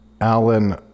Alan